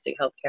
healthcare